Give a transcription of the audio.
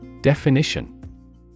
Definition